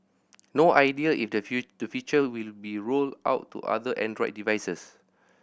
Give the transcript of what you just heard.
no idea the feature will be rolled out to other Android devices